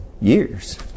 years